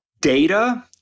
Data